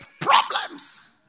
problems